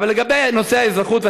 אבל לגבי נושא האזרחות,